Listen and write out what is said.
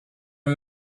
are